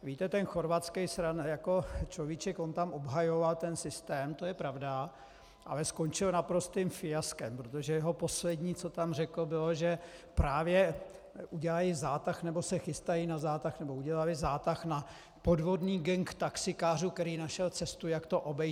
Víte, ten chorvatský človíček tam obhajoval ten systém, to je pravda, ale skončil naprostým fiaskem, protože jeho poslední, co tam řekl, bylo, že právě dělají zátah nebo se chystají na zátah nebo udělali zátah na podvodný gang taxikářů, který našel cestu, jak to obejít.